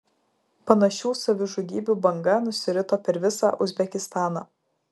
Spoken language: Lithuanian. panašių savižudybių banga nusirito per visą uzbekistaną